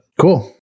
Cool